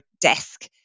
desk